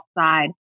outside